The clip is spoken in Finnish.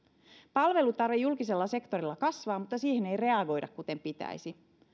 palvelutarve julkisella sektorilla kasvaa mutta siihen ei reagoida kuten pitäisi